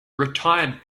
retired